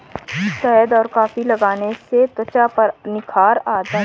शहद और कॉफी लगाने से त्वचा पर निखार आता है